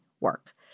work